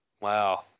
Wow